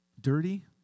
dirty